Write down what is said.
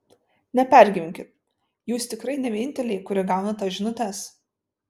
nepergyvenkit jūs tikrai ne vieninteliai kurie gauna tas žinutes